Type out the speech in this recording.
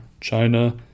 China